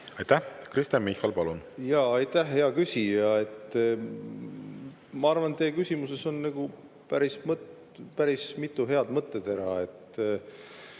Aitäh! Kristen Michal, palun! Aitäh, hea küsija! Ma arvan, et teie küsimuses on päris mitu head mõttetera.